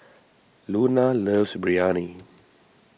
Luna loves Biryani